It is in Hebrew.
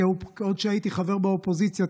עוד כשהייתי חבר באופוזיציה,